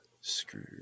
screw